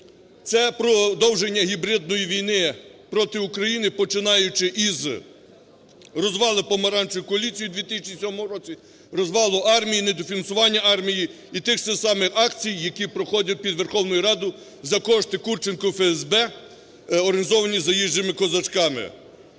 це продовження гібридної війни проти України, починаючи із розвалу помаранчевої коаліції в 2007 році, розвалу армії, недофінансування армії і тих саме акцій, які проходять під Верховною Радою за кошти Курченка, ФСБ, організовані заїжджими козачками.